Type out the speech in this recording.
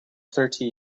thirty